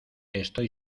estoy